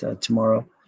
tomorrow